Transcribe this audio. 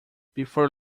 before